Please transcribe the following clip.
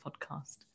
podcast